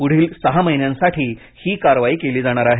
पुढील सहा महिन्यांसाठी ही कारवाई केली जाणार आहे